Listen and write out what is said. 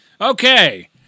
Okay